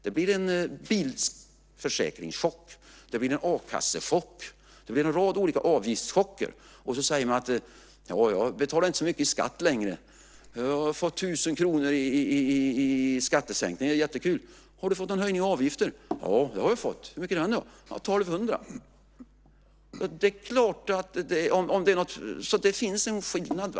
Det blir en bilförsäkringschock, en a-kassechock och en rad olika avgiftschocker. Man får sänkt skatt - kanske med 1 000 kr. Jättekul! Men man får höjda avgifter också. Det blir 1 200. Då är det plötsligt inte så kul längre.